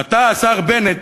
ואתה, השר בנט,